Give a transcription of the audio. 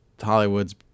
Hollywood's